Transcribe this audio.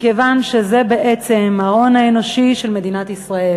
מכיוון שזה בעצם ההון האנושי של מדינת ישראל.